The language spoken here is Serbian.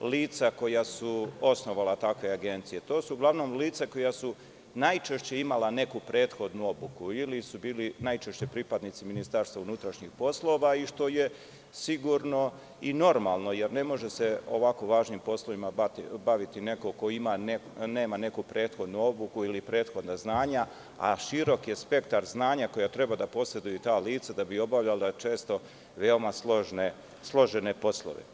lica koja su osnovala takve agencije, to su uglavnom lica koja su najčešće imala neku prethodnu obuku ili su bili najčešće pripadnici MUP-a i što je sigurno i normalno, jer ne može se ovako važnim poslovima baviti neko ko nema neku prethodnu obuku ili prethodna znanja, a širok je spektar znanja koja treba da poseduju ta lica da bi obavljala često veoma složene poslove.